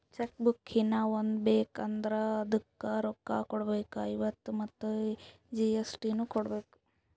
check book ಹೀನಾ ಒಂದ್ ಬೇಕ್ ಅಂದುರ್ ಅದುಕ್ಕ ರೋಕ್ಕ ಕೊಡ್ಬೇಕ್ ಐವತ್ತ ಮತ್ ಜಿ.ಎಸ್.ಟಿ ನು ಕೊಡ್ಬೇಕ್